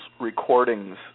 recordings